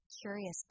curious